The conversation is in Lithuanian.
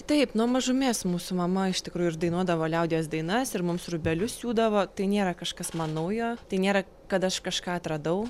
taip nuo mažumės mūsų mama iš tikrųjų ir dainuodavo liaudies dainas ir mums rūbelius siūdavo tai nėra kažkas man naujo tai nėra kad aš kažką atradau